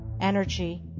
energy